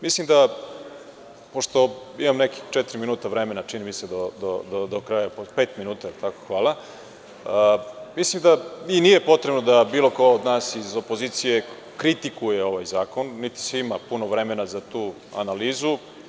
Mislim da, pošto imam nekih četiri minuta vremena, čini mi se, do kraja, pet minuta, hvala, mislim da i nije potrebno da bilo ko od nas iz opozicije kritikuje ovaj zakon, niti se ima puno vremena za tu analizu.